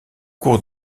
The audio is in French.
cours